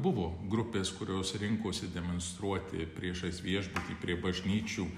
buvo grupės kurios rinkosi demonstruoti priešais viešbutį prie bažnyčių